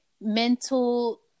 mental